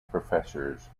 professors